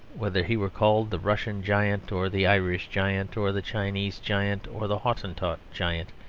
whether he were called the russian giant or the irish giant or the chinese giant or the hottentot giant,